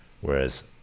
Whereas